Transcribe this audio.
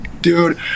dude